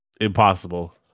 Impossible